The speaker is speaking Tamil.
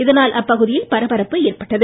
இதனால் அப்பகுதியில் பரபரப்பு ஏற்பட்டது